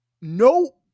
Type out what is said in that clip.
no